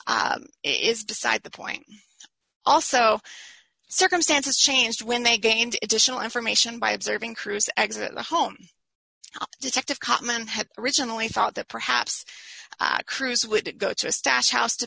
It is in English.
is decide the point also circumstances changed when they gained additional information by observing crews exit the home detective cotman had originally thought that perhaps cruz would go to a stash house to